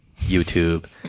YouTube